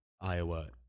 Iowa